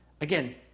again